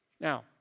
now